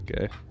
okay